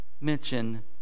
mention